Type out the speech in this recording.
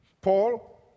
Paul